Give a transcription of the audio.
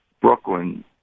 Brooklyn